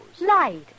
Light